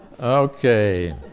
Okay